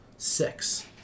Six